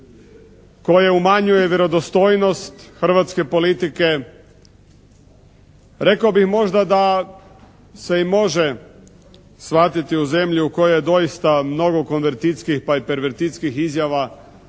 koje umanjuje vjerodostojnost hrvatske politike. Rekao bih možda da se i može shvatiti u zemlju u kojoj je doista mnogo konvertitskih pa i pervertitskih izjava i